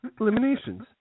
eliminations